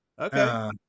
okay